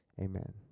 amen